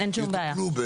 שר האוצר.